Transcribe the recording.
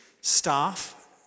staff